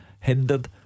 hindered